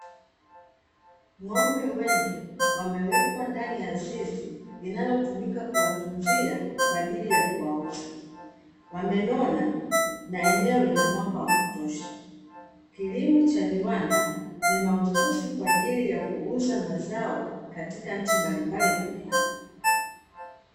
Ng'ombe wengi wamewekwa ndani ya zizi linalotumika kwatunzia kwa ajili ya kuwauza. Wamenona na eneo lina mwanga wa kutosha, kilimo cha viwanda ni mahususi kwa ajili ya kuuza mazao katika nchi mbalimbali duniani.